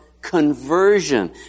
conversion